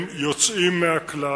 הם יוצאים מהכלל,